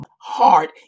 heart